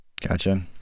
gotcha